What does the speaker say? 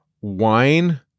wine